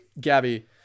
Gabby